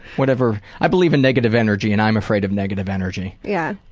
whatever i believe in negative energy and i'm afraid of negative energy. yeah.